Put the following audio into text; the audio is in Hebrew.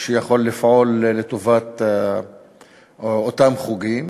שיכול לפעול לטובת אותם חוגים.